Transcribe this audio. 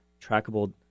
trackable